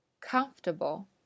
comfortable